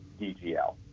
DGL